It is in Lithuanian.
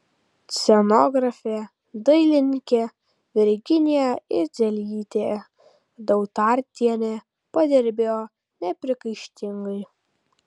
scenografė dailininkė virginija idzelytė dautartienė padirbėjo nepriekaištingai